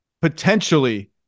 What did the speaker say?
potentially